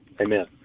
Amen